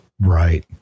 Right